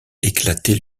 éclater